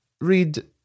read